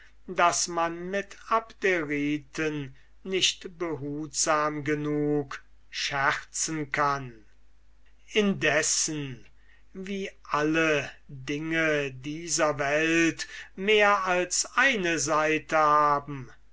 daß man mit abderiten nicht behutsam genug scherzen kann indessen wie alle dinge dieser welt mehr als eine seite haben